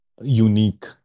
unique